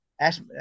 ask